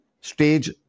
stage